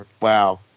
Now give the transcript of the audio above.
wow